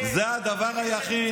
זה הדבר היחיד